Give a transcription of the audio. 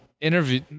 interview